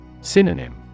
Synonym